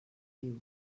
riu